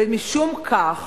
ומשום כך